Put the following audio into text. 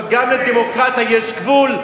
אבל גם למדינה דמוקרטית יש גבול,